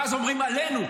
ואז אומרים עלינו,